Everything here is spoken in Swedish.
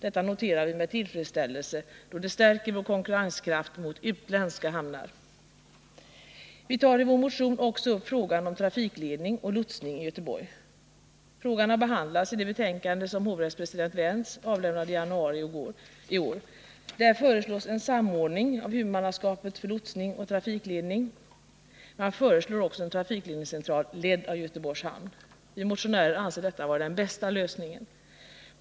Detta noterar vi med tillfredsställelse, då det stärker vår konkurrenskraft gentemot utländska hamnar. Vi tar i vår motion också upp frågan om trafikledning och lotsning i Göteborg. Frågan har behandlats i det betänkande som hovrättspresidenten Wentz avlämnade i januari i år. Där föreslås en samordning av huvudmannaskapet för lotsning och trafikledning. Man föreslår också en trafikledningscentral, ledd av Göteborgs hamn. Vi motionärer anser detta vara den bästa lösningen.